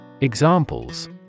Examples